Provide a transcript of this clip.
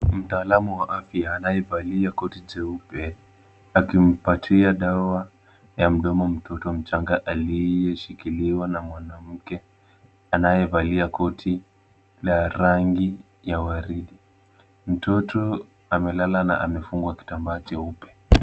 Mtaalamu wa afya anayevalia koti jeupe, akimpatia dawa ya mdomo mtoto mchanga aliyeshikiliwa na mwanamke anayevalia koti la rangi ya waridi. Mtoto amelala na amefungwa kitambaa cheupe.